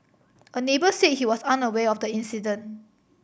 a neighbour said he was unaware of the incident